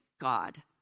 God